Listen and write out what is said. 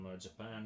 japan